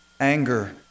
Anger